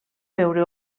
veure